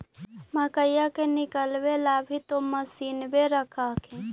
मकईया के निकलबे ला भी तो मसिनबे रख हखिन?